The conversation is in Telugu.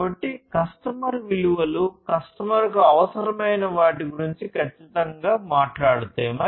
కాబట్టి కస్టమర్ విలువలు కస్టమర్కు అవసరమైన వాటి గురించి ఖచ్చితంగా మాట్లాడుతాయి